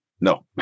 no